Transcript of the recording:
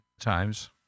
times